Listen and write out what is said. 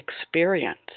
experience